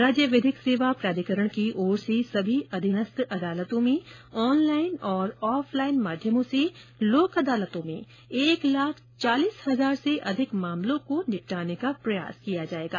राज्य विधिक सेवा प्राधिकरण की ओर से सभी अधिनस्थ न्यायालयों में ऑनलाइन और ऑफलाइन माध्यमों से लोक अदालतों में एक लाख चालीस हजार से अधिक प्रकरणों को निपटाने का प्रयास किया जाएगा